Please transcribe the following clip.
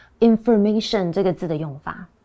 information这个字的用法。